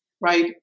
right